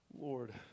Lord